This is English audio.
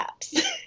apps